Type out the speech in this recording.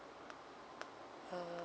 uh